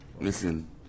Listen